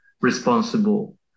responsible